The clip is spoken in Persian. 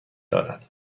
دارد